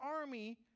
army